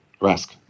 Rask